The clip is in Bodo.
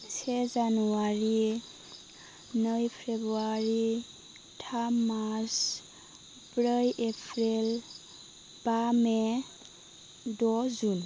से जानुवारि नै फ्रेबुवारि थाम मार्स ब्रै एप्रिल बा मे द' जुन